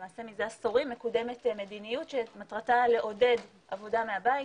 למעשה מזה עשורים מקודמת מדיניות שמטרתה לעודד עבודה מהבית,